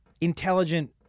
intelligent